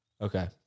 Okay